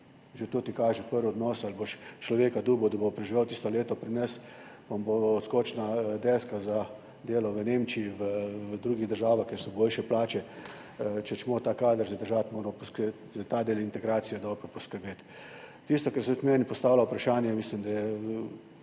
že to ti kaže prvi odnos, ali boš človeka dobil, da bo preživel tisto leto pri nas, ki bo odskočna deska za delo v Nemčiji, v drugih državah, kjer so boljše plače. Če hočemo ta kader zadržati, moramo za ta del integracije dobro poskrbeti. Tisto, o čemer se meni postavlja vprašanje, mislim, da je